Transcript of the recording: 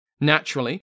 Naturally